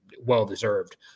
well-deserved